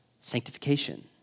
Sanctification